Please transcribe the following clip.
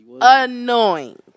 annoying